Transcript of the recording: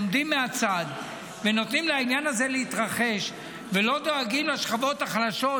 עומדים מהצד ונותנים לעניין הזה להתרחש ולא דואגים לשכבות החלשות,